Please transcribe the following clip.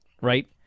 right